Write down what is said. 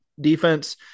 defense